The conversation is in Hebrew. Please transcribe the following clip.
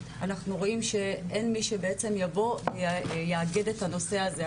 אנחנו רואים שאין מי שבעצם יבוא ויאגד את הנושא הזה.